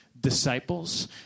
disciples